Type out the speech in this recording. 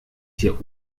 hier